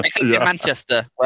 Manchester